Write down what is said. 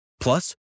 Plus